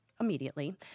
immediately